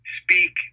speak